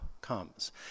comes